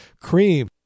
Cream